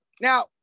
Now